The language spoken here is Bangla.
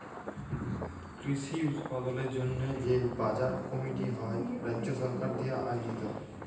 কৃষি উৎপাদলের জন্হে যে বাজার কমিটি হ্যয় রাজ্য সরকার দিয়া আয়জিত